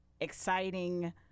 exciting